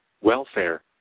welfare